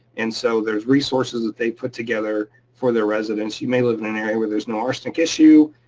and so there's resources that they put together for their residents. you may live in an area where there's no arsenic issue,